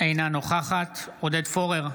אינה נוכחת עודד פורר,